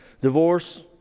divorce